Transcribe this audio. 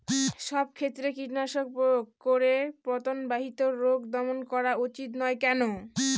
সব ক্ষেত্রে কীটনাশক প্রয়োগ করে পতঙ্গ বাহিত রোগ দমন করা উচিৎ নয় কেন?